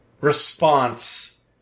Response